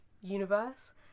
universe